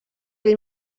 ell